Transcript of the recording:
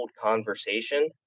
conversation